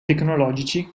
tecnologici